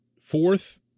fourth